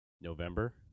November